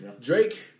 drake